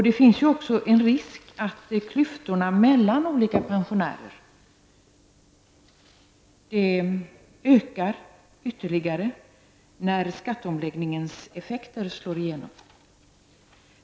Det finns också en risk för att klyftorna mellan olika pensionärer ökar ytterligare när skatteomläggningens effekter slår igenom.